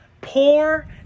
poor